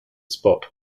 spot